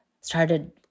started